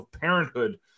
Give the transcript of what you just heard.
parenthood